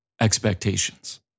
expectations